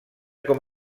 com